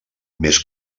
més